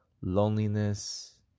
loneliness